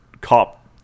cop